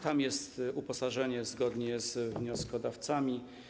Tam jest uposażenie zgodnie z wnioskodawcami.